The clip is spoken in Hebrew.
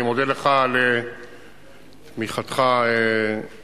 אני מודה לך על תמיכתך במהלכים.